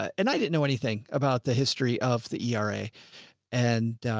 and i didn't know anything about the history of the era and, ah,